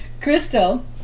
Crystal